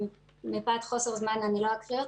מפאת חוסר זמן אני לא אקרא.